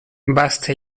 basta